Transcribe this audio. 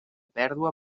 pèrdua